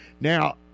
Now